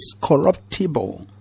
corruptible